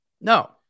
no